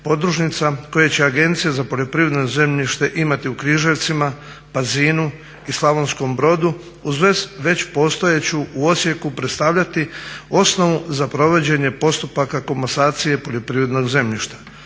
podružnica koje će Agencija za poljoprivredno zemljište imati u Križevcima, Pazinu i Slavonskom Brodu uz već postojeću u Osijeku, predstavljati osnovu za provođenje postupaka komasacije poljoprivrednog zemljišta.